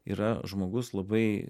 yra žmogus labai